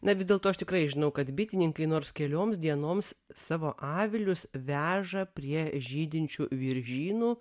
na vis dėlto aš tikrai žinau kad bitininkai nors kelioms dienoms savo avilius veža prie žydinčių viržynų